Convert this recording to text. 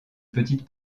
petite